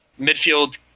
Midfield